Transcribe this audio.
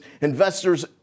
investors